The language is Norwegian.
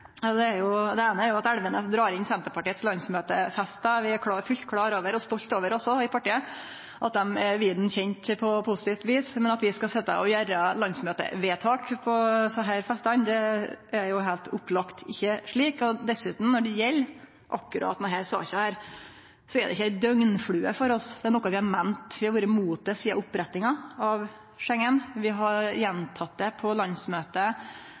Det eine er jo at representanten Elvenes dreg inn Senterpartiets landsmøtefestar. Vi i partiet er fullt klar over – og òg stolte over – at dei er vidt kjende på positivt vis, men det er jo heilt opplagt at det ikkje er slik at vi gjer landsmøtevedtak på desse festane. Dessutan, når det gjeld akkurat denne saka, er det inga døgnfluge for oss, det er noko vi har vore imot sidan opprettinga av Schengen-avtala. Vi har gjenteke det på landsmøtet